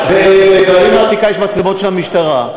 בעיר העתיקה יש מצלמות של המשטרה.